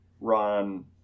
run